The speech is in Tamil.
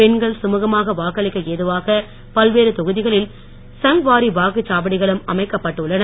பெண்கள் சுழுகமாக வாக்களிக்க ஏதுவாக பல்வேறு தொகுதிகளில் சங்வாரி வாக்குச்சாவடிகளும் அமைக்கப்பட்டு உள்ளன